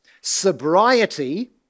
sobriety